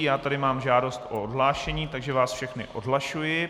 Já tady mám žádost o odhlášení, takže vás všechny odhlašuji.